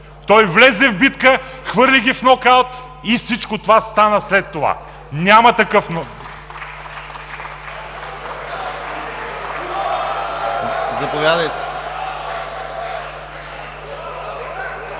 Той влезе в битка, хвърли ги в нокаут и всичко това стана след това. Няма такъв номер.